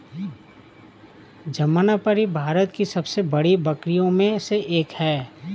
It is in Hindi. जमनापारी भारत की सबसे बड़ी बकरियों में से एक है